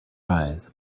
eyes